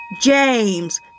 James